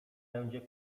będzie